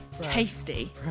tasty